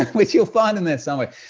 which you'll find in there somewhere.